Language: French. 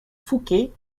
fouquet